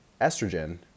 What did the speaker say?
estrogen